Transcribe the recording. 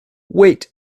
wait